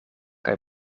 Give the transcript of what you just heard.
kaj